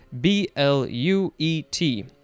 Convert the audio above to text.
B-L-U-E-T